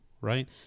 right